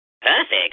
Perfect